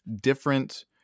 different